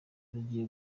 rugiye